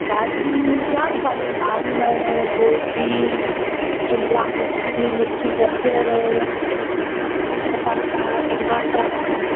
भाॼियूं जामु सारियुं आहिनि वाङणु गोभी शिमिला मिर्च मिठी गजर पटाटा टमाटा